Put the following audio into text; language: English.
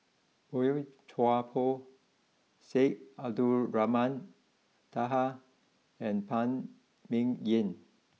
Boey Chuan Poh Syed Abdulrahman Taha and Phan Ming Yen